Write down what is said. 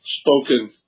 spoken